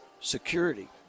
security